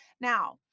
Now